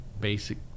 basic